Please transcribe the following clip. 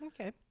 Okay